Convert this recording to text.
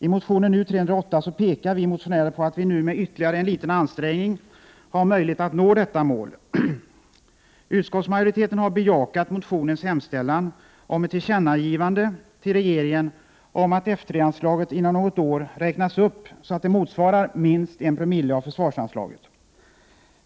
I motion U308 pekar vi motionärer på att man nu med ytterligare en liten ansträngning har möjlighet att nå detta mål. Utskottsmajoriteten har bejakat motionens hemställan om ett tillkännagivande till regeringen om att F 3 anslaget inom något år räknas upp så att det motsvarar minst 1 Ko av försvarsanslaget.